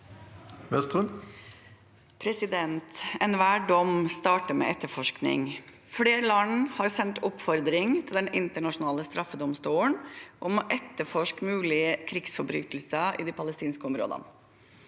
Enhver dom starter med etterforskning. Flere land har sendt oppfordring til Den internasjonale straffedomstolen om å etterforske mulige krigsforbrytelser i de palestinske områdene.